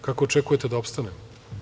Kako očekujete da opstanemo?